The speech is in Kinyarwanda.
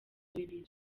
bibiri